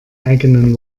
eigenen